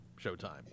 Showtime